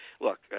look